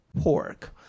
pork